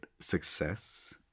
success